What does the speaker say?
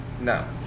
no